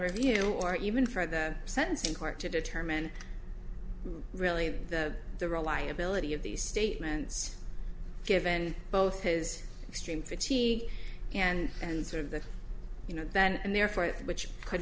review or even for the sentencing court to determine really the the reliability of these statements given both his extreme fifty and and sort of the you know that and therefore which could